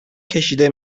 کشیده